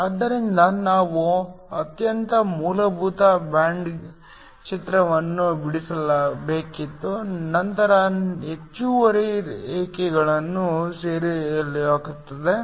ಆದ್ದರಿಂದ ನಾವು ಅತ್ಯಂತ ಮೂಲಭೂತ ಬ್ಯಾಂಡ್ ಚಿತ್ರವನ್ನು ಬಿಡಿಸಬೇಕಿತ್ತು ನಾನು ಹೆಚ್ಚುವರಿ ರೇಖೆಗಳನ್ನು ಸೆಳೆಯುತ್ತಿದ್ದೆ